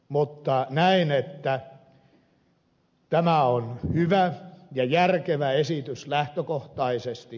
mutta näen että tämä on hyvä ja järkevä esitys lähtökohtaisesti